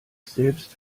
selbst